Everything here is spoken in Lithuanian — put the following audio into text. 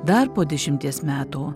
dar po dešimties metų